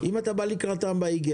אם אתה בא לקראתם באיגרת,